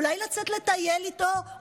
אולי לצאת לטייל איתו,